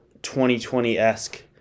2020-esque